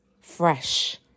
fresh